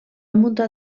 muntar